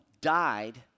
died